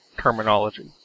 terminology